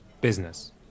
business